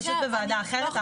פשוט בוועדה אחרת,